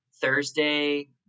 Thursday